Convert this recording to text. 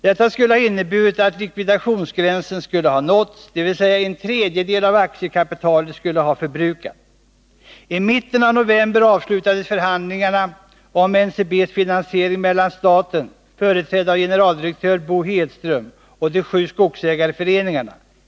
Detta skulle ha inneburit att likvidationsgränsen skulle ha nåtts, dvs. en tredjedel av aktiekapitalet skulle ha förbrukats. I mitten av november avslutades förhandlingarna om NCB:s finansiering mellan staten — företrädd av generaldirektör Bo Hedström — och de sju skogsägarföreningarna.